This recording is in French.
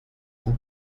vous